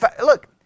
Look